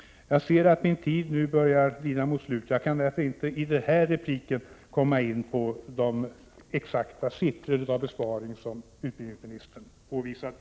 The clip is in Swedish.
Jag hinner i denna replik inte gå in på de exakta siffror när det gäller besparingarna som utbildningsministern påvisade.